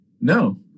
no